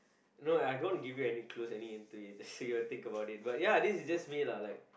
no I don't want to give any clues any hint to it so you got to think about it but ya this is just me lah like